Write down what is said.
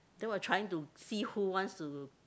then will trying to see who wants to